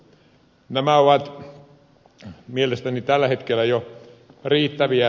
nämä ovat mielestäni tällä hetkellä jo riittäviä